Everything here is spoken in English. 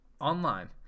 Online